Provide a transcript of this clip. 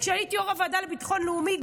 כשהייתי יו"ר הוועדה לביטחון לאומי,